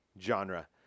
genre